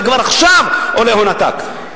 וכבר עכשיו עולה הון עתק.